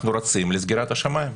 אנחנו רצים לסגירת השמים,